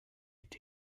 est